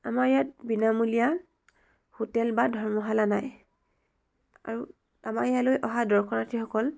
আমাৰ ইয়াত বিনামূলীয়া হোটেল বা ধৰ্মশালা নাই আৰু আমাৰ ইয়ালৈ অহা দৰ্শনাৰ্থীসকল